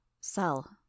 Cell